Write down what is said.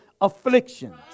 afflictions